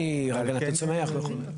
המכון הוולקני, הגנת הצומח וכו'.